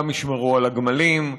גם ישמרו על הגמלים,